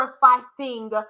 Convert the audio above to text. sacrificing